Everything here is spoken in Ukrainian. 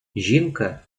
жінка